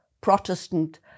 Protestant